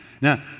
Now